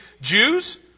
Jews